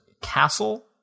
castle